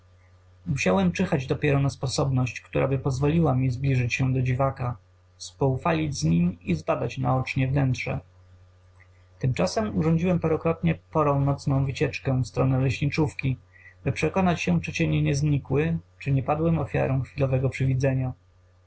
musiałem czyhać dopiero na sposobność któraby pozwoliła mi zbliżyć się do dziwaka spoufalić się z nim i zbadać naocznie wnętrze tymczasem urządziłem parokrotnie porą nocną wycieczkę w stronę leśniczówki by przekonać się czy cienie nie znikły czy nie padłem ofiarą chwilowego przywidzenia